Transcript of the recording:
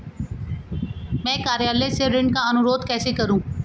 मैं कार्यालय से ऋण का अनुरोध कैसे करूँ?